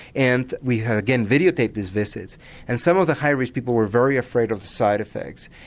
and we had again videotaped these visits and some of the high risk people were very afraid of the side effects.